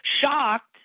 shocked